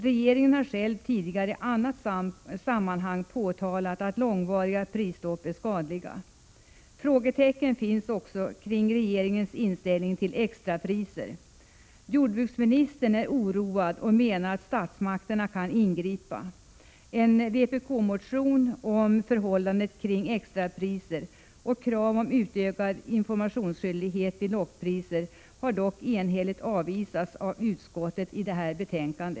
Regeringen har själv tidigare i annat sammanhang påtalat att långvariga prisstopp är skadliga. Frågetecken finns också för regeringens inställning till extrapriser. Jordbruksministern är oroad och menar att statsmakterna kan ingripa. En vpk-motion om förhållandet med extrapriser och krav på utökad informationsskyldighet vid lockpriser har dock enhälligt avvisats av utskottet i detta betänkande.